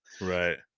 Right